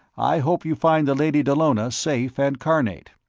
i hope you find the lady dallona safe and carnate.